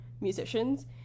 musicians